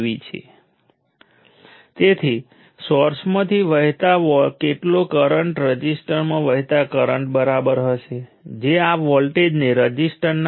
હવે મારી પાવરની વ્યાખ્યામાં તેનો ઉપયોગ કરીને જે V1I1 V2I2 VN 1IN 1 VNINહું શું કરીશ હું આ કિર્ચોફ કરંટ લૉના એક્સપ્રેશનમાંથી IN ની કિંમતનો ઉપયોગ કરીશ આ અમને V1I1 V2I2 VN 1IN 1 VNની નેગેટિવ રકમ આપે છે